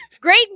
Great